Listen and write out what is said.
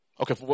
Okay